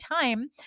time